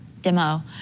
demo